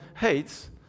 hates